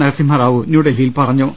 നരസിംഹറാവു ന്യൂഡൽഹിയിൽ പറഞ്ഞു